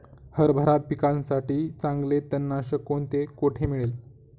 हरभरा पिकासाठी चांगले तणनाशक कोणते, कोठे मिळेल?